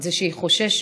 את זה שהיא חוששת.